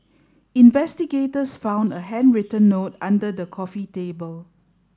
investigators found a handwritten note under the coffee table